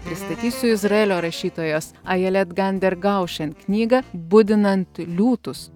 pristatysiu izraelio rašytojos aylet gundar goshen knygą budinant liūtus